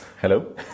Hello